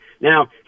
Now